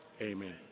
Amen